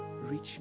reach